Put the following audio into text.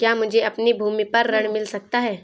क्या मुझे अपनी भूमि पर ऋण मिल सकता है?